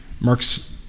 Mark's